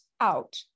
out